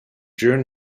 during